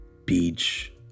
Beach